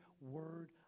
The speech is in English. word